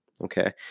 Okay